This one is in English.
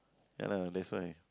ya lah that's why